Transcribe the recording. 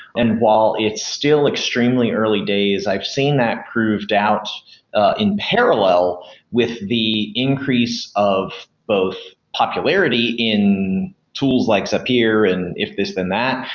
and while it is still extremely early days, i've seen that proved out in parallel with the increase of both popularity in tools like zapier and if this then that,